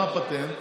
מה הפטנט?